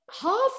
half